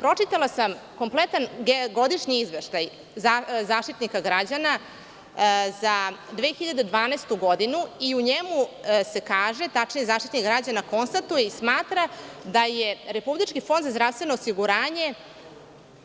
Pročitala sam kompletan godišnji izveštaj Zaštitnika građana za 2012. godinu, i u njemu se kaže, tačnije Zaštitnik građana konstatuje i smatra da je Republički fonda za zdravstveno osiguranje